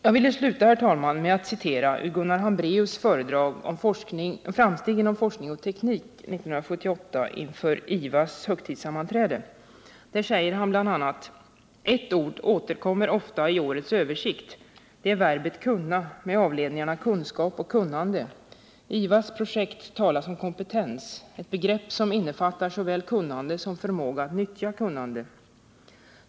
Jag vill sluta, herr talman, med att citera ur Gunnar Hambraeus föredrag om Framsteg inom forskning och teknik 1978 inför IVA:s högtidssammanträde. Där säger han bl.a.: ”Ett ord återkommer ofta i årets översikt. Det är verbet kunna med avledningarna kunskap och kunnande. I IVA:s projekt talas om kompetens, ett begrepp som innefattar såväl kunnande som förmåga att nyttja kunnande.